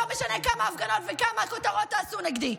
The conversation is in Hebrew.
לא משנה כמה הפגנות וכמה כותרות תעשו נגדי.